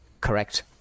correct